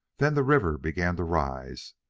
then the river began to rise,